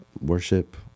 worship